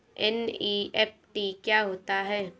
NEFT क्या होता है?